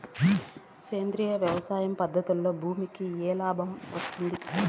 సేంద్రియ వ్యవసాయం పద్ధతులలో భూమికి ఏమి లాభమేనా వస్తుంది?